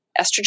estrogen